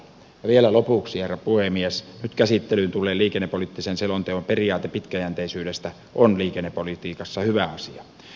vielä lopuksi herra puhemies nyt käsittelyyn tulleen liikennepoliittisen selonteon periaate pitkäjänteisyydestä on liikennepolitiikassa hyvä asia